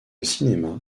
cinéma